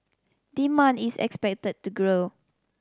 demand is expected to grow